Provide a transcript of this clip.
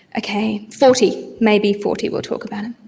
okay, forty, maybe forty we'll talk about it,